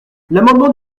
l’amendement